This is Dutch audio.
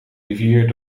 rivier